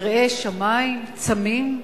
יראי שמים, צמים,